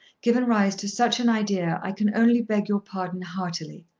given rise to such an idea i can only beg your pardon heartily.